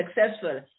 successful